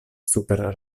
super